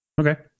okay